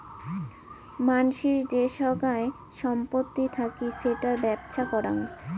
মানসির যে সোগায় সম্পত্তি থাকি সেটার বেপ্ছা করাং